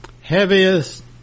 heaviest